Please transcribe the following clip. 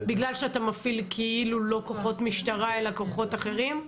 --- בגלל שאתה מפעיל כאילו לא כוחות משטרה אלא כוחות אחרים?